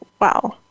wow